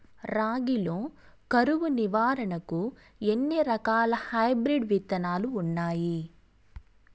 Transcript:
రాగి లో కరువు నివారణకు ఎన్ని రకాల హైబ్రిడ్ విత్తనాలు ఉన్నాయి